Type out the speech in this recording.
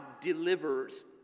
delivers